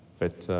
but